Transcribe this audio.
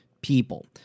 people